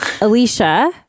Alicia